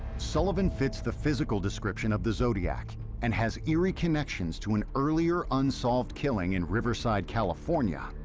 sullivan fits the physical description of the zodiac and has eerie connections to an earlier unsolved killing in riverside, california,